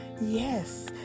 Yes